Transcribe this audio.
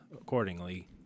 accordingly